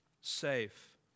safe